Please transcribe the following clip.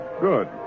Good